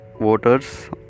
voters